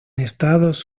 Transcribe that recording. estados